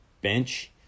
bench